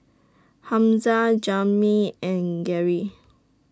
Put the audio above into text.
Hamza Jamey and Gary